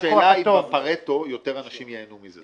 השאלה היא אם בפארטו יותר אנשים ייהנו מזה.